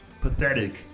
Pathetic